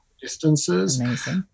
distances